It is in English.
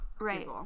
Right